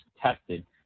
tested